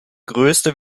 größter